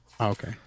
Okay